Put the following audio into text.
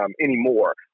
anymore